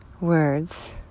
words